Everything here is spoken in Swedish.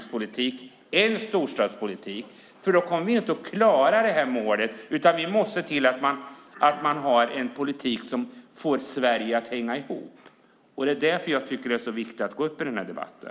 Vi kan inte ha en landsbygdspolitik och en storstadspolitik, utan vi måste se till att ha en politik som får Sverige att hänga ihop. Det är därför jag tycker att det är så viktigt att gå upp i denna debatt.